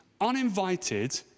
uninvited